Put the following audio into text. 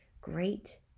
great